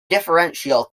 differential